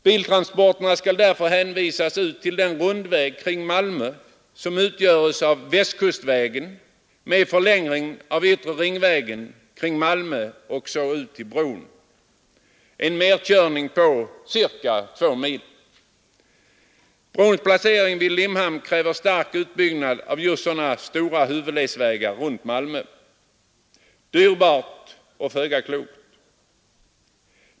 Biltransporterna skall därför hänvisas ut till den rundväg kring Malmö som utgöres av västkustvägen med förlängning av yttre ringvägen kring Malmö och så ut till bron, en merkörning av ca 2 mil. Brons placering vid Limhamn kräver stark utbyggnad av just sådana stora huvudledsvägar runt Malmö. Dyrbart och föga klokt.